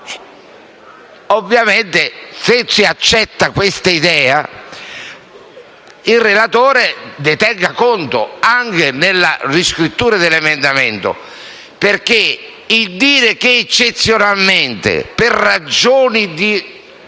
Ovviamente, se si accetta questa idea, il relatore ne tenga conto anche nella riscrittura dell'emendamento, perché se si dice che eccezionalmente, per ragioni di